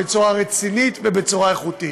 בצורה רצינית ובצורה איכותית.